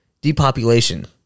depopulation